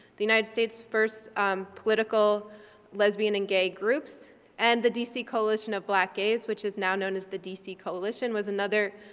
the united states first political lesbian and gay groups and the dc coalition of black gays which is now known as the dc coalition was another